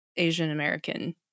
Asian-American